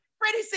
Freddie